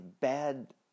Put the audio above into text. bad